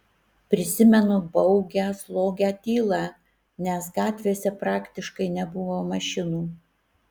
prisimenu baugią slogią tylą nes gatvėse praktiškai nebuvo mašinų